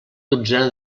dotzena